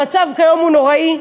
המצב כיום נוראי.